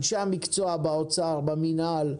אנשי המקצוע באוצר, במינהל,